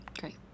Great